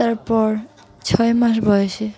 তারপর ছয় মাস বয়সে